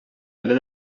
әле